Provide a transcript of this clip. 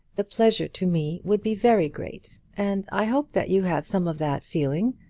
the pleasure to me would be very great, and i hope that you have some of that feeling,